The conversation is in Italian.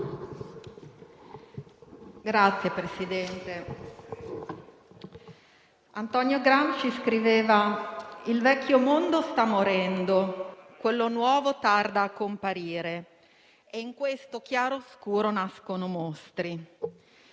Signor Presidente, Antonio Gramsci scriveva: «Il vecchio mondo sta morendo. Quello nuovo tarda a comparire. E in questo chiaroscuro nascono i mostri».